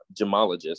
gemologist